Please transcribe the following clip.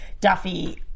Duffy